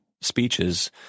speeches